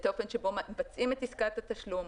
את האופן שבו מבצעים את עסקת התשלום,